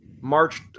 March